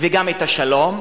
וגם את השלום,